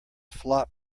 flop